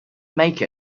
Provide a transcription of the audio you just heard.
make